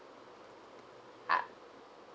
ah